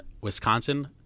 Wisconsin